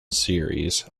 series